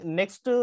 next